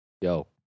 Yo